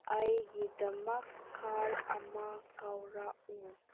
ꯑꯩꯒꯤꯗꯃꯛ ꯀꯥꯔ ꯑꯃ ꯀꯧꯔꯛꯎ